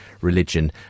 religion